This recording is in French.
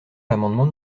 l’amendement